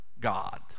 God